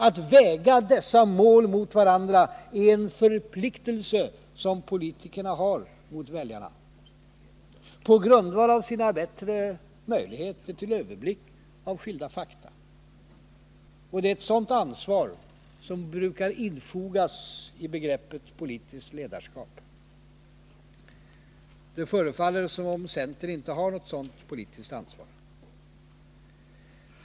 Att, på grundval av politikernas bättre möjligheter till överblick av skilda fakta, väga dessa mål mot varandra är en förpliktelse som politikerna har mot väljarna. Det är ett sådant ansvar som brukar infogas i begreppet politiskt ledarskap. Det förefaller som om centern inte har något sådant politiskt ansvar.